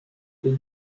les